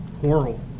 horrible